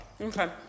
Okay